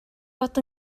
fod